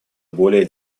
более